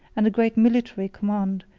and a great military command,